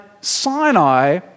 Sinai